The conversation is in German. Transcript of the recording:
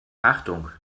achtung